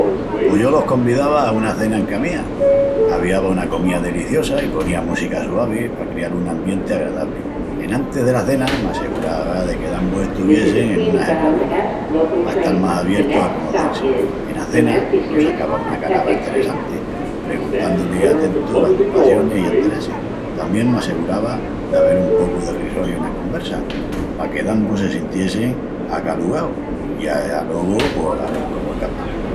Pos yo los convidava a una cena encá mía. Aviava una comía deliciosa i ponía música suavi pa crial un ambienti agradabli. Enantis dela cena, m'assegurava de que dambus estuviessin en una hebra güena, pa estal más abiertus a conocel-si. Ena cena, los sacava una carava enteressanti, preguntándu-lis a tentu las sus passionis i enteressis. Tamién m'assegurava d'avel un pocu de risoriu ena conversa, paque dambus se sintiessín acalugaus. I ya alogu... pos a vel cómu escapan!